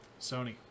Sony